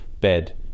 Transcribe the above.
bed